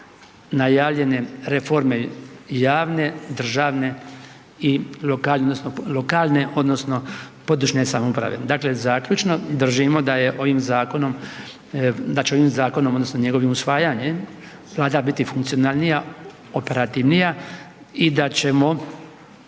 najavljene reforme javne, državne i lokalne, odnosno lokalne odnosno područne samouprave. Dakle, zaključno, držimo da je ovim zakonom, da će ovim zakonom, odnosno njegovim usvajanjem Vlada biti funkcionalnija, operativnija i da ćemo